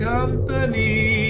Company